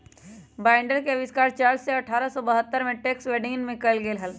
binder के आविष्कार Charles ने अठारह सौ बहत्तर में बैक्सटर विथिंगटन में कइले हल